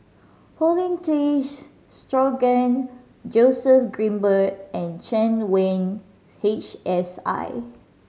Paulin Tay Straughan Joseph Grimberg and Chen Wen H S I